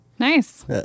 Nice